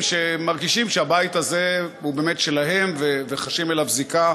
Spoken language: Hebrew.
מרגישים שהבית הזה הוא באמת שלהם וחשים אליו זיקה